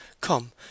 come